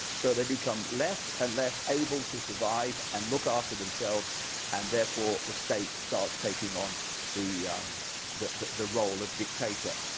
so they become less and less able to survive and look after themselves and therefore the state starts taking on the the role of dictator.